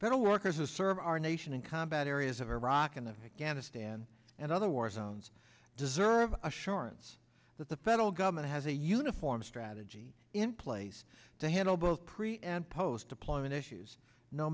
federal workers who serve our nation in combat areas of iraq and afghanistan and other war zones deserve assurance that the federal government has a uniform strategy in place to handle both pre and post deployment issues no